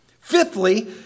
Fifthly